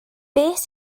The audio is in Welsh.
beth